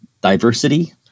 diversity